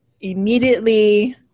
immediately